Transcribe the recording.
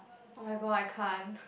oh-my-god I can't